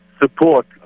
support